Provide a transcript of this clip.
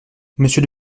monsieur